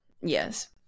yes